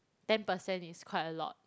ten percent is quite a lot